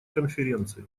конференции